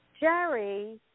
Jerry